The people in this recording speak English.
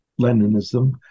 Leninism